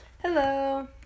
Hello